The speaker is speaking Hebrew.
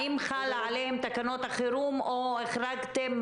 האם חלות עליהם תקנות החירום או החרגתם?